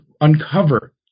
uncover